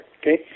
Okay